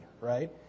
right